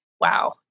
Wow